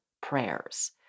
prayers